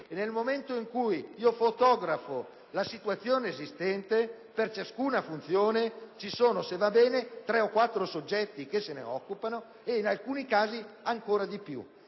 nel momento in cui fotografo la situazione esistente, per ciascuna funzione ci sono, se va bene, tre o quattro soggetti e in alcuni casi ancora di più.